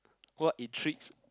what intrigues